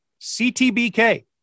CTBK